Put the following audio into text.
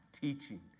teaching